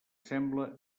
sembla